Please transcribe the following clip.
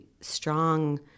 strong